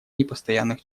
непостоянных